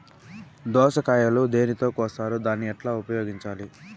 దోస కాయలు దేనితో కోస్తారు దాన్ని ఎట్లా ఉపయోగించాలి?